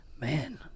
man